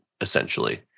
essentially